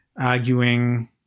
arguing